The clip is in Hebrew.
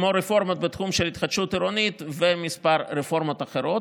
כמו רפורמות בתחום של התחדשות עירונית וכמה רפורמות אחרות.